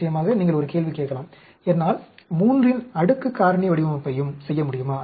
நிச்சயமாக நீங்கள் ஒரு கேள்வி கேட்கலாம் என்னால் 3 இன் அடுக்கு காரணி வடிவமைப்பையும் செய்ய முடியுமா